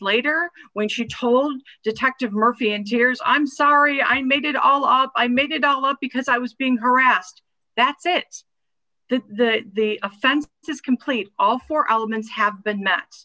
later when she told detective murphy engineers i'm sorry i made it all up i made it all up because i was being harassed that's it the offense just complete all four elements have been match